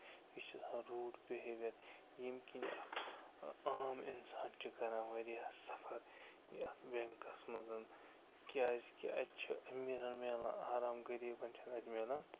یہِ چھُ آسان روٗڈ بِہیویَر ییٚمہِ کِنۍ اکھ عام اِنسان چھ کَران واریاہ سَفَر یتھ بینکَسَ مَنٛز کیازکہِ اتہِ چھِ امیٖرَن مِلان آرام غریٖبَن چھَ نہٕ اَتہِ مِلان